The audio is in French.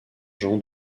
jean